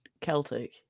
Celtic